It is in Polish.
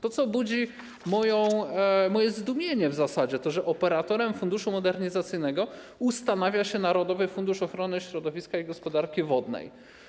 To, co budzi moje zdumienie w zasadzie, to, że operatorem funduszu modernizacyjnego ustanawia się Narodowy Funduszu Ochrony Środowiska i Gospodarki Wodnej.